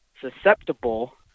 susceptible